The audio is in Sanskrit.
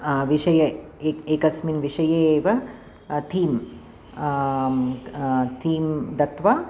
विषये एक् एकस्मिन् विषये एव थीम् थीं दत्वा